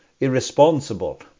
irresponsible